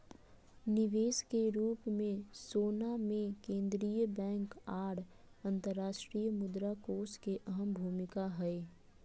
निवेश के रूप मे सोना मे केंद्रीय बैंक आर अंतर्राष्ट्रीय मुद्रा कोष के अहम भूमिका हय